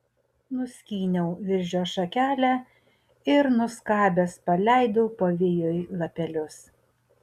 nuskyniau viržio šakelę ir nuskabęs paleidau pavėjui lapelius